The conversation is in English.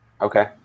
Okay